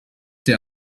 der